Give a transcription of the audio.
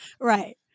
Right